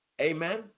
Amen